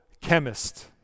chemist